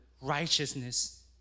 righteousness